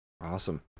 Awesome